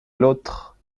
l’autre